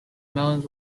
melons